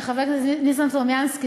חבר הכנסת ניסן סלומינסקי,